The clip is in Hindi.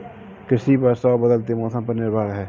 कृषि वर्षा और बदलते मौसम पर निर्भर है